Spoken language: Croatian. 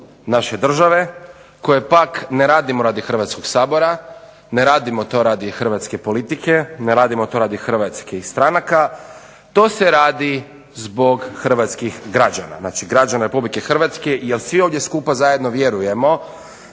naše države koje pak ne radimo radi Hrvatskog sabora, ne radimo to radi hrvatske politike, ne radimo to radi hrvatskih stranaka, to se radi zbog hrvatskih građana, znači građana Republike Hrvatske jer svi ovdje vjerujemo